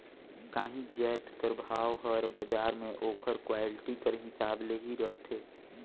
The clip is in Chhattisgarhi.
काहींच जाएत कर भाव हर बजार में ओकर क्वालिटी कर हिसाब ले ही रहथे